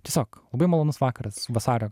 tiesiog labai malonus vakaras vasario